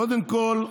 קודם כול,